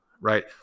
right